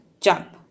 jump